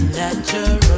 natural